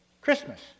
Christmas